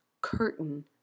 curtain